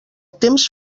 temps